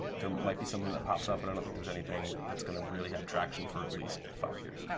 there might be something that pops up but i don't think there's anything that's going to really have traction for at least five years. yeah